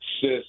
Sis